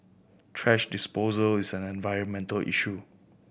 thrash disposal is an environmental issue